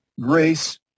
grace